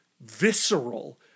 visceral